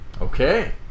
okay